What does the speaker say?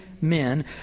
men